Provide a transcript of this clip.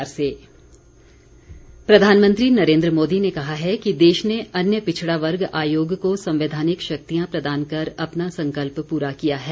मन की बात प्रधानमंत्री नरेन्द्र मोदी ने कहा है कि देश ने अन्य पिछड़ा वर्ग आयोग को संवैधानिक शक्तियां प्रदान कर अपना संकल्प पूरा किया है